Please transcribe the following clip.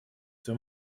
свой